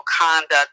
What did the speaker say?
conduct